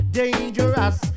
dangerous